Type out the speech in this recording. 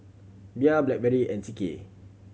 Bia Blackberry and C K